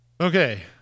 okay